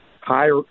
higher